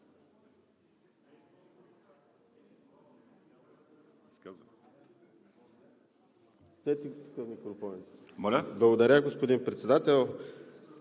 Благодаря, господин Председател.